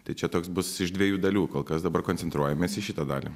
tai čia toks bus iš dviejų dalių kol kas dabar koncentruojamės į šitą dalį